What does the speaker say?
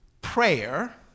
prayer